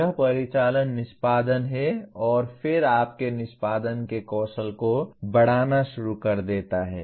यह परिचालन निष्पादन है और फिर आपके निष्पादन के कौशल को बढ़ाना शुरू कर देता है